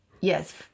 Yes